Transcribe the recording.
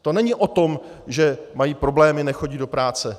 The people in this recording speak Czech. To není o tom, že mají problémy, nechodí do práce.